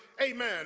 amen